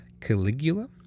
caligula